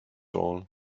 all